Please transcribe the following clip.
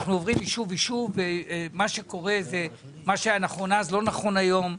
אנחנו עוברים יישוב-יישוב ומה שהיה נכון אז לא נכון היום,